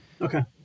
Okay